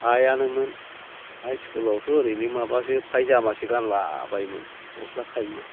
हायानोमोन हाय स्कुलावथ' ओरैनो माबासो फायजामासो गानला बायोमोन गस्ला खायमा